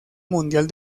mundial